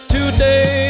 Today